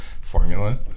formula